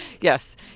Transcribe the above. Yes